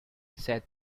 said